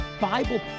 Bible